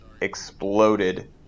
exploded